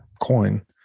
coin